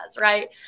right